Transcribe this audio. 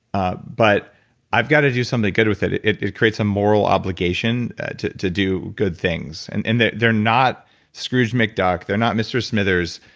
ah but i've gotta do something good with it. it it creates a moral obligation to to do good things. and and they're they're not scrooge mcduck. they're not mr. smithers.